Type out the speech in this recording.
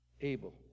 Abel